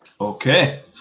okay